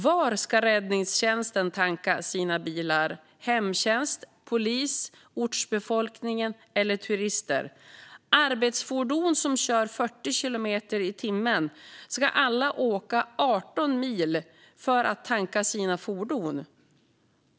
Var ska räddningstjänst, hemtjänst, polis, ortsbefolkning och turister tanka sina bilar. Arbetsfordon som kör 40 kilometer i timmen ska alla åka 18 mil för att tanka sina fordon.